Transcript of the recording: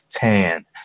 tan